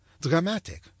dramatic